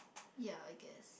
ya I guess